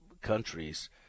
countries